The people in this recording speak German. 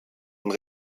und